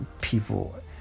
people